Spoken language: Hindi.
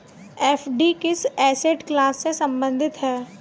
एफ.डी किस एसेट क्लास से संबंधित है?